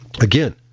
again